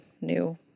new